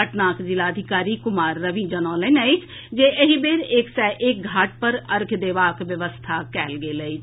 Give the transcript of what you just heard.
पटनाक जिलाधिकारी कुमार रवि जनौलनि अछि जे एहि बेर एक सय एक घाट पर अर्घ्य देबाक व्यवस्था कयल गेल अछि